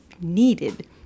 needed